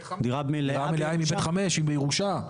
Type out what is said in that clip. דירה מלאה לפי (ב)(5), אם בירושה.